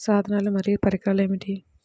సాధనాలు మరియు పరికరాలు ఏమిటీ?